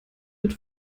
mit